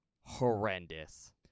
horrendous